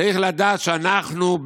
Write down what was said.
צריך לדעת שאנחנו,